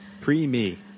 Pre-me